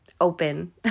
Open